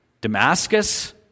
Damascus